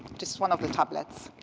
just one of the tablets.